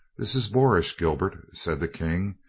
this is boorish, gilbert, said the king,